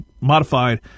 modified